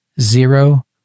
zero